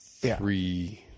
three